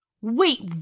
Wait